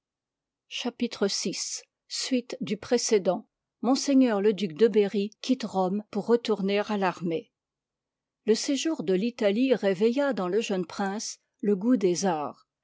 chapitre vi suite du précédent ms le duc de berrj quitte rome pour retourner à l'armée le séjour de l'italie réveilla dans le jeune prince le goût des arts